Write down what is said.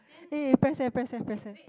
eh press eh press eh press eh